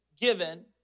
given